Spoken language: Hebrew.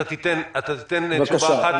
אתה תיתן תשובה אחת,